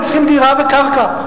הם צריכים דירה וקרקע.